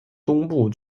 东部